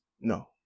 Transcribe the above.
No